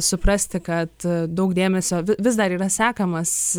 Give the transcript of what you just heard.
suprasti kad daug dėmesio vis dar yra sekamas